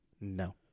No